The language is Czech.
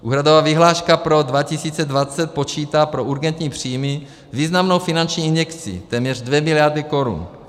Úhradová vyhláška pro 2020 počítá pro urgentní příjmy s významnou finanční injekcí téměř 2 miliardy korun.